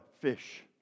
fish